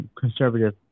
conservative